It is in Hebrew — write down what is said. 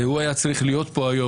הוא היה צריך להיות פה היום,